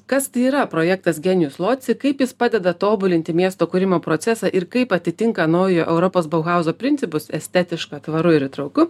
kas tai yra projektas genijus loci kaip jis padeda tobulinti miesto kūrimo procesą ir kaip atitinka naujojo europos bauhauzo principus estetiška tvaru ir įtrauku